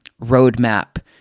roadmap